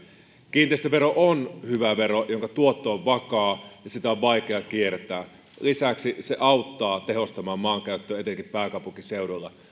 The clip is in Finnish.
kiinteistövero on hyvä vero jonka tuotto on vakaa ja jota on vaikea kiertää ja lisäksi se auttaa tehostamaan maankäyttöä etenkin pääkaupunkiseudulla